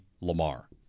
Lamar